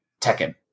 Tekken